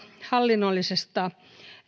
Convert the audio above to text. hallinnollisesta